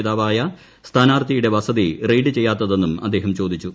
നേതാവായ സ്ഥാനാർത്ഥിയുടെ വസതി റെയ്ഡ് ചെയ്യാത്തതെന്നും അദ്ദേഹം ചോദിച്ചു